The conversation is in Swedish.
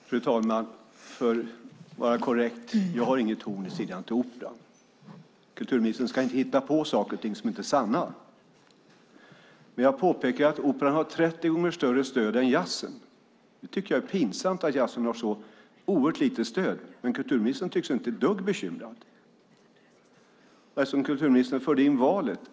Fru talman! För att vara korrekt: Jag har inget horn i sidan till Operan. Kulturministern ska inte hitta på saker och ting som inte är sanna. Men jag påpekar att Operan har 30 gånger större stöd än jazzen. Jag tycker att det är pinsamt att jazzen har så oerhört lite stöd, men kulturministern tycks inte ett dugg bekymrad. Kulturministern förde in valet.